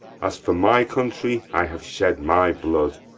as for my country i have shed my blood,